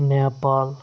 Nepal